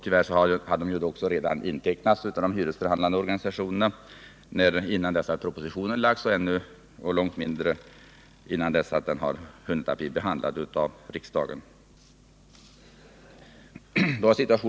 Tyvärr hade de också intecknats av de hyresförhandlande organisationerna, innan propositionen ens hade lagts på riksdagens bord och långt mindre hade hunnit behandlas av riksdagen.